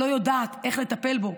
שלא יודעת איך לטפל בו,